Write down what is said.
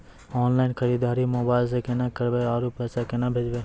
Online खरीददारी mobile से केना करबै, आरु पैसा केना भेजबै?